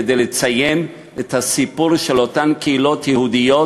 כדי לציין את הסיפור של אותן קהילות יהודיות,